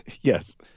yes